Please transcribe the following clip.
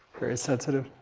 very sensitive.